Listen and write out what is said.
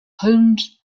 holmes